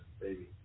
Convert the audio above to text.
Baby